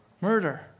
murder